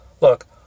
look